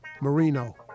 Marino